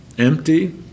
Empty